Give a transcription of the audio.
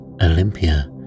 Olympia